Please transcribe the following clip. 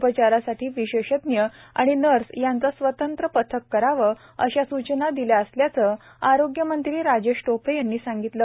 उपचारासाठी विशेषज्ञ आणि नर्स यांचं स्वतंत्र पथक करावं अशा स्चना दिल्या असल्याचं आरोग्यमंत्री राजेश टोपे यांनी सांगितलं